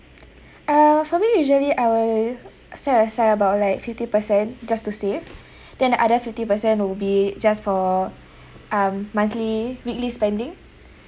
uh for me usually I will set aside about like fifty percent just to save then other fifty percent will be just for um monthly weekly spending